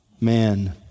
man